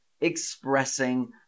expressing